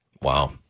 Wow